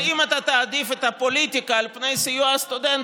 אבל אם אתה תעדיף את הפוליטיקה על פני סיוע לסטודנטים,